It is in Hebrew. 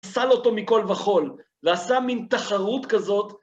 ‫פסל אותו מכל וכול, ‫ועשה מין תחרות כזאת.